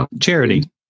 charity